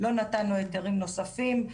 לא נתנו היתרים נוספים.